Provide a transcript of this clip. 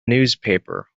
newspaper